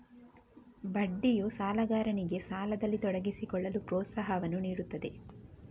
ಬಡ್ಡಿಯು ಸಾಲಗಾರನಿಗೆ ಸಾಲದಲ್ಲಿ ತೊಡಗಿಸಿಕೊಳ್ಳಲು ಪ್ರೋತ್ಸಾಹವನ್ನು ನೀಡುತ್ತದೆ